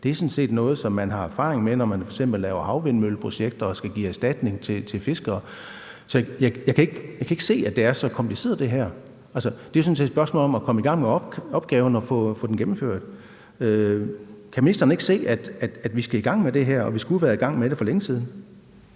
Det er sådan set noget, som man har erfaring med, når man f.eks. laver havvindmølleprojekter og skal give erstatning til fiskere. Så jeg kan ikke se, at det her er så kompliceret. Altså, det er jo sådan set et spørgsmål om at komme i gang med opgaven og få den gennemført. Kan ministeren ikke se, at vi skal i gang med det her, og at vi skulle have været i gang med det for længe siden?